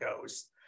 goes